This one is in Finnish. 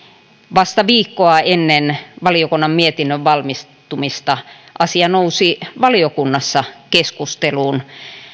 vasta viikkoa ennen valiokunnan mietinnön valmistumista asia nousi valiokunnassa keskusteluun